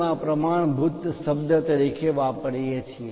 માં પ્રમાણભૂત શબ્દ તરીકે વાપરીએ છીએ